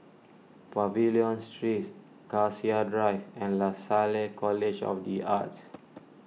Pavilion Streets Cassia Drive and Lasalle College of the Arts